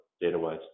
data-wise